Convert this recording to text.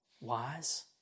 wise